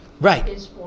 Right